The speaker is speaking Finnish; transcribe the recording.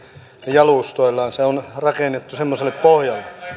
jalustoillansa se on rakennettu semmoiselle pohjalle näin